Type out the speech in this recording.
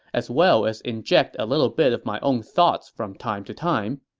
as well as inject a little bit of my own thoughts from time to time.